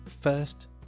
first